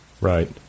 right